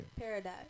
Paradise